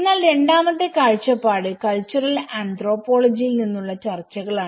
എന്നാൽ രണ്ടാമത്തെ കാഴ്ചപ്പാട് കൾച്ചറൽ ആന്ത്രോപോളജി യിൽ നിന്നുള്ള ചർച്ചകളാണ്